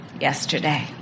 yesterday